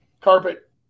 Carpet